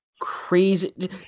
crazy